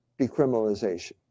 decriminalization